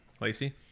Lacey